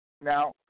Now